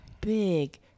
big